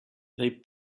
they